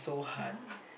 ya